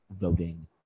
voting